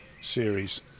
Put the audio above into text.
series